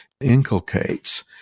inculcates